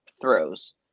throws